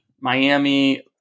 Miami